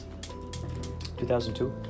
2002